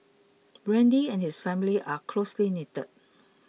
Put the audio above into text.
Randy and his family are closely knitted